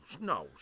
no